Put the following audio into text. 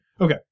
Okay